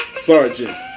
Sergeant